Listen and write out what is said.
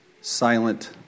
Silent